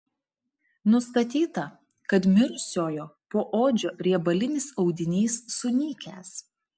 nustatyta kad mirusiojo poodžio riebalinis audinys sunykęs